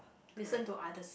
listen to others